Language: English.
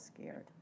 scared